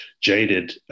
jaded